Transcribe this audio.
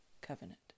covenant